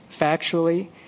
factually